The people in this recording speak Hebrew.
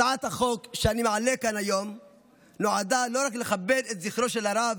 הצעת החוק שאני מעלה כאן נועדה לא רק לכבד את זכרו של הרב,